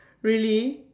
really